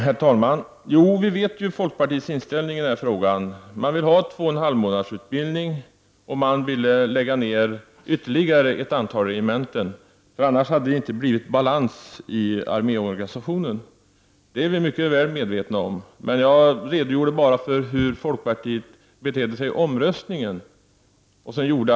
Herr talman! Vi känner till folkpartiets inställning i den här frågan. Man vill ha 2,5 månaders utbildning och vill lägga ned ytterligare ett antal regementen. Annars blir det enligt folkpartiet inte balans i arméorganisationen. Vad jag redogjorde för var hur folkpartiet betedde sig i omröstningen i december förra året.